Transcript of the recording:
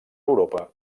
europa